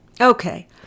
Okay